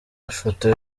ifoto